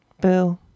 Boo